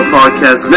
Podcast